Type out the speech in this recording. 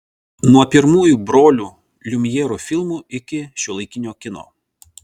nuo pirmųjų brolių liumjerų filmų iki šiuolaikinio kino